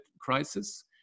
crisis